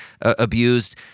abused